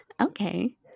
Okay